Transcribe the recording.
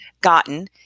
gotten